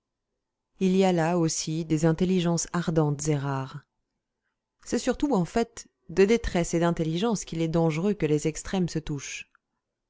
il y a là aussi des intelligences ardentes et rares c'est surtout en fait de détresse et d'intelligence qu'il est dangereux que les extrêmes se touchent